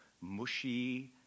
mushy